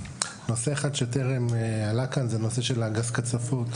נושא אחד שטרם עלה כאן הוא הנושא של גז הקצפות,